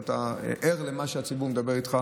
ואתה ער למה שהציבור מדבר איתך.